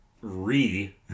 re